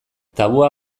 tabua